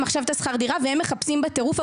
עכשיו את מחיר שכר הדירה והם מחפשים בית בטירוף,